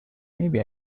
maybe